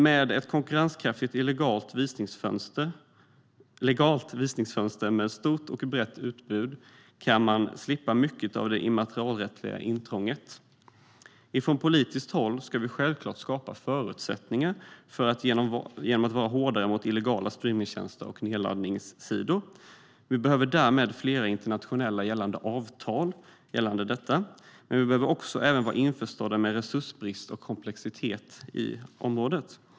Med ett konkurrenskraftigt och legalt visningsfönster med stort och brett utbud kan man slippa mycket av det immaterialrättsliga intrånget. Från politiskt håll ska vi självklart skapa förutsättningar för detta genom att vara hårdare mot illegala streamingtjänster och nedladdningssidor. Vi behöver därmed flera internationella avtal gällande detta. Men vi behöver även vara införstådda med att det är resursbrist och komplexitet på området.